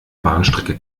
bahnstrecke